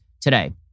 today